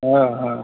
हाँ हाँ